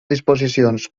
disposicions